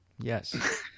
Yes